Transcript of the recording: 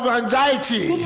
anxiety